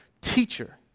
teacher